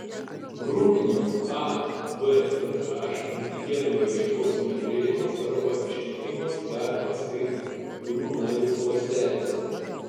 grupinių a b ir h antigenų raiškos sumažėjimas arba išnykimas galimas kai kurių navikų ląstelėse